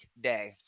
day